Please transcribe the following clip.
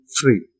free